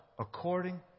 according